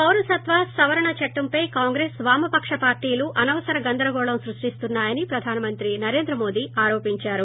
పారసత్వ సవరణ చట్లంపై కాంగ్రెస్ వామపక్ష పార్లీలు అనవసర గందరగోళం సృష్ణిస్తున్నా యని ప్రధాన మంత్రి నరేంద్రమోడి ఆరోపించారు